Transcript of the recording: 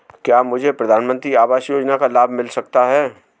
क्या मुझे प्रधानमंत्री आवास योजना का लाभ मिल सकता है?